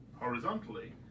Horizontally